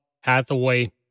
Hathaway